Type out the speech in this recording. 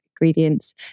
ingredients